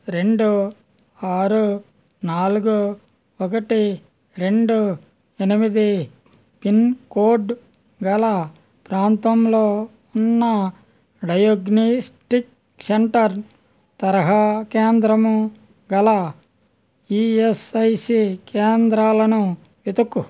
రెండు ఆరు నాలుగు ఒకటి రెండు ఎనిమిది పిన్ కోడ్ గల ప్రాంతంలో ఉన్న డయాగ్నోస్టిక్ సెంటర్ తరహా కేంద్రము గల ఈఎస్ఐసి కేంద్రాలను వెతుకు